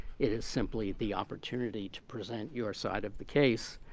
it is simply the opportunity to present your side of the case.